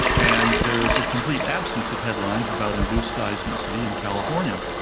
and there is a complete absence of headlines about induced seismicity in california.